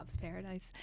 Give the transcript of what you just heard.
paradise